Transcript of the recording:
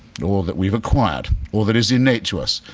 or that we've acquired or that is innate to us.